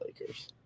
Lakers